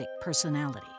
personality